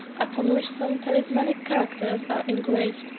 upon which some talismanic characters are engraver.